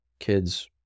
kids